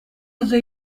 аса